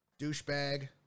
douchebag